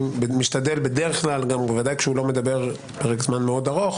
אני משתדל בדרך כלל בוודאי כשהוא לא מדבר פרק זמן מאוד ארוך